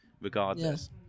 regardless